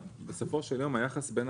בסופו של יום היחס בין